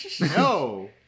no